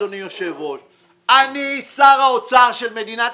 אדוני היושב-ראש: אני שר האוצר של מדינת